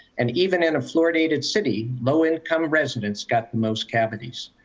and even in a fluoridated city, low income residents got the most cavities.